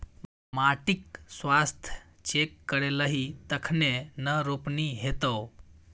माटिक स्वास्थ्य चेक करेलही तखने न रोपनी हेतौ